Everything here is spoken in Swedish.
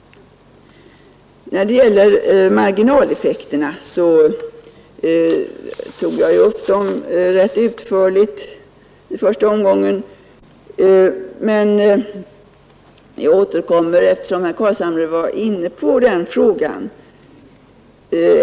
Marginaleffekterna tog jag upp rätt utförligt i första omgången, men jag återkommer eftersom herr Carlshamre var inne på den frågan.